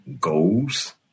Goals